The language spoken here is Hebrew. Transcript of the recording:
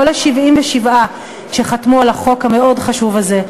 כל ה-77 שחתמו על החוק המאוד-חשוב הזה.